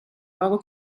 loro